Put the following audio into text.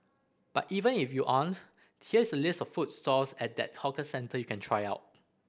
but even if you aren't here is a list of food stalls at that hawker centre you can try out